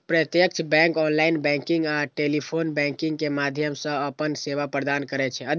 प्रत्यक्ष bank online banking आ telephone banking के माध्यम सं अपन सेवा प्रदान करै छै